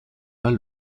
dal